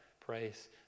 praise